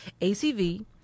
ACV